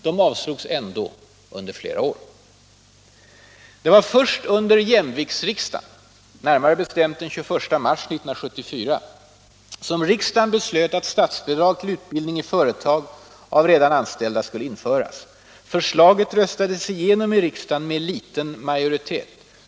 De avslogs ändå under flera år.